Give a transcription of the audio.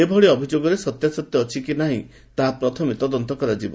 ଏଭଳି ଅଭିଯୋଗରେ ସତ୍ୟାସତ୍ୟ ଅଛି କି ନାହିଁ ତାହା ପ୍ରଥମେ ତଦନ୍ତ କରାଯିବ